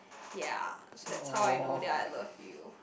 ya so that's how I know that I love you